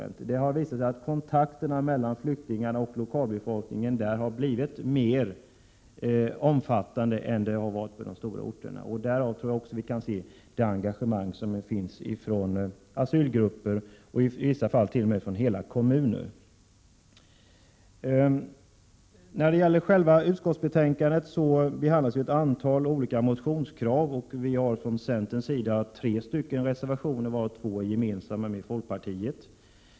Det har visat sig att kontakterna mellan flyktingarna och lokalbefolkningen har blivit mer omfattande på små orter än i de stora. Där tror jag att vi också har förklaringen till det engagemang som finns hos asylgrupper och i vissa fall t.o.m. från hela kommuner. I utskottsbetänkandet behandlas, som jag sade, också ett antal motionskrav, och vi har i anslutning därtill från centerns sida avgivit tre reservationer, av vilka två är gemensamma med folkpartiet.